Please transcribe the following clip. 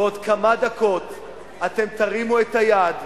בעוד כמה דקות אתם תרימו את היד,